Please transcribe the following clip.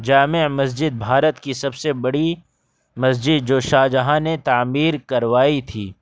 جامع مسجد بھارت کی سب سے بڑی مسجد جو شاہ جہاں نے تعمیر کروائی تھی